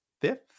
fifth